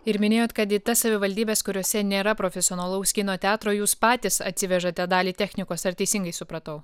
ir minėjot kad į tas savivaldybes kuriose nėra profesionalaus kino teatro jūs patys atsivežate dalį technikos ar teisingai supratau